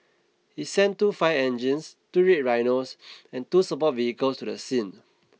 it sent two fire engines two red rhinos and two support vehicles to the scene